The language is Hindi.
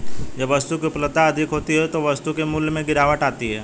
जब वस्तु की उपलब्धता अधिक होती है तो वस्तु के मूल्य में गिरावट आती है